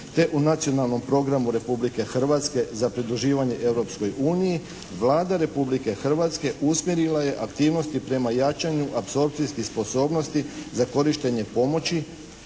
te u nacionalnom programu Republike Hrvatske za pridruživanje Europskoj uniji Vlada Republike Hrvatske usmjerila je aktivnosti prema jačanju apsorpcijskih sposobnosti za korištenje pomoći